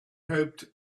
hoped